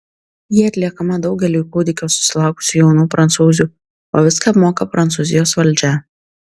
ji atliekama daugeliui kūdikio susilaukusių jaunų prancūzių o viską apmoka prancūzijos valdžia